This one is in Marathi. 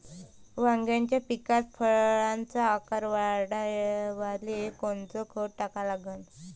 वांग्याच्या पिकात फळाचा आकार वाढवाले कोनचं खत टाका लागन?